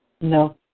No